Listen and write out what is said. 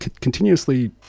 continuously